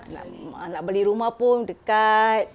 nak mm ah nak beli rumah pun dekat